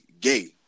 gay